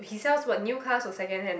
he sells what new cars or second hand